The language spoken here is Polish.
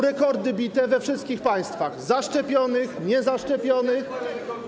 Rekordy bite są we wszystkich państwach - zaszczepionych, niezaszczepionych.